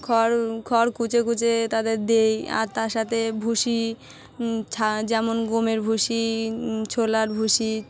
খড় খড় কুচিয়ে কুচিয়ে তাদের দিই আর তার সাথে ভুসি ছা যেমন গমের ভুসি ছোলার ভুসি